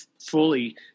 fully